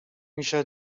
میشه